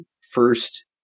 first